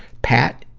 pat,